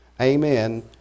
Amen